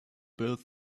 build